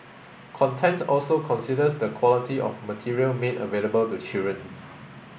content also considers the quality of material made available to children